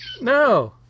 no